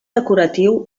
decoratiu